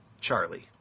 charlie